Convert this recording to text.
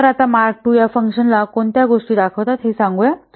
तर आता mark II या फंक्शनला कोणत्या गोष्टी दाखवतात हे सांगू या